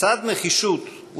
לצד נחישות,